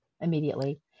immediately